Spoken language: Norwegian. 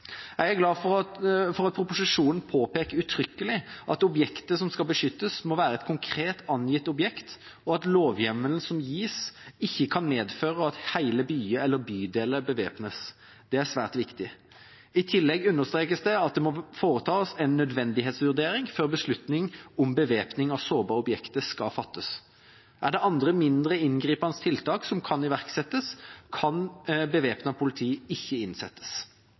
Jeg er glad for at proposisjonen påpeker uttrykkelig at objektet som skal beskyttes, må være et konkret angitt objekt, og at lovhjemmelen som gis, ikke kan medføre at hele byer eller bydeler bevæpnes. Det er svært viktig. I tillegg understrekes det at det må foretas en nødvendighetsvurdering før beslutning om bevæpning ved sårbare objekter skal fattes. Er det andre, mindre inngripende, tiltak som kan iverksettes, kan bevæpnet politi ikke innsettes.